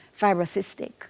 fibrocystic